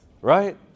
right